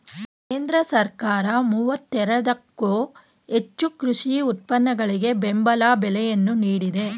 ಕೇಂದ್ರ ಸರ್ಕಾರ ಮೂವತ್ತೇರದಕ್ಕೋ ಹೆಚ್ಚು ಕೃಷಿ ಉತ್ಪನ್ನಗಳಿಗೆ ಬೆಂಬಲ ಬೆಲೆಯನ್ನು ನೀಡಿದೆ